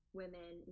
women